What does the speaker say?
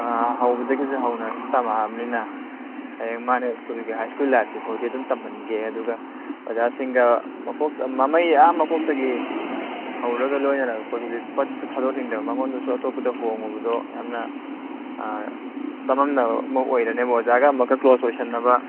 ꯑꯥ ꯍꯧꯕꯗꯒꯤꯁꯨ ꯍꯧꯅ ꯁꯨꯝ ꯇꯝꯃꯛꯑꯕꯅꯤꯅ ꯍꯌꯦꯡ ꯃꯥꯅ ꯁ꯭ꯀꯨꯜꯒꯤ ꯍꯥꯏ ꯁ꯭ꯀꯨꯜ ꯂꯥꯏꯐꯁꯤ ꯐꯥꯎꯗꯤ ꯑꯗꯨꯝ ꯇꯝꯍꯟꯒꯦ ꯑꯗꯨꯒ ꯑꯣꯖꯥꯁꯤꯡꯒ ꯃꯃꯩ ꯑꯥ ꯃꯀꯣꯛꯇꯒꯤ ꯍꯧꯔꯒ ꯂꯣꯏꯅꯔꯛꯄꯗꯨ ꯄꯠꯁꯨ ꯊꯥꯗꯣꯛꯅꯤꯡꯗꯕ ꯃꯉꯣꯟꯗꯁꯨ ꯑꯇꯣꯞꯄꯗ ꯍꯣꯡꯎꯕꯗꯣ ꯌꯥꯝꯅ ꯆꯃꯝꯅꯕ ꯑꯃ ꯑꯣꯏꯔꯅꯦꯕ ꯑꯣꯖꯥꯒ ꯑꯃꯨꯛꯀ ꯀ꯭ꯂꯣꯁ ꯑꯣꯏꯁꯤꯟꯅꯕ